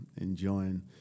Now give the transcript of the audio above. enjoying